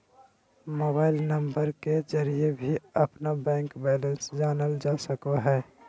mobile number के जरिए भी अपना बैंक बैलेंस जानल जा सको हइ